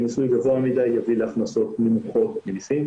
כי מיסוי גבוה מדי יביא להכנסות נמוכות ממסים,